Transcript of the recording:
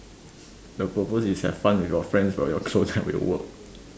the purpose is have fun with your friends while your clone help you work